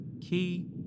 Key